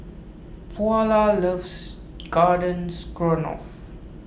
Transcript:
Paulo loves Garden Stroganoff